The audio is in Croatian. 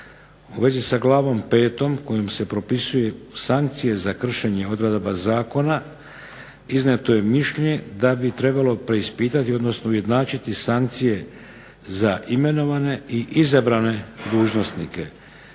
U vezi sa glavom 5. kojom se propisuju sankcije za kršenje odredaba zakona, iznijeto je mišljenje da bi trebalo preispitati, odnosno ujednačiti sankcije za imenovane i izabrane dužnosnike.